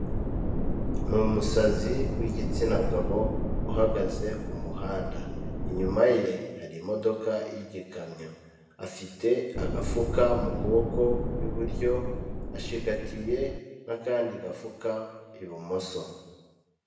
Ni umusazi w'igitsina gabo uhagaze ku muhanda, inyuma ye hari imodoka y'igikamyo, afite agafuka mu kuboko kw'iburyo ashigatiye n'akandi gafuka ibumoso.